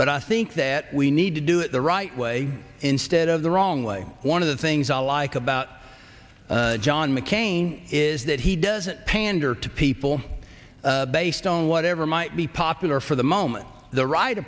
but i think that we need to do it the right way instead of the wrong way one of the things i like about john mccain is that he doesn't pander to people based on whatever might be popular for the moment the right